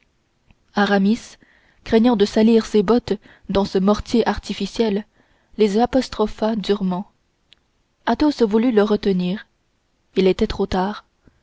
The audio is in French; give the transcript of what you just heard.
craignant de salir ses bottes dans ce mortier artificiel les apostropha durement athos voulut le retenir il était trop tard